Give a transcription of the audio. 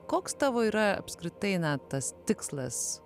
koks tavo yra apskritai na tas tikslas